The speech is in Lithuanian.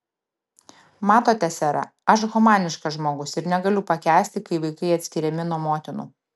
matote sere aš humaniškas žmogus ir negaliu pakęsti kai vaikai atskiriami nuo motinų